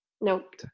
Nope